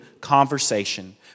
conversation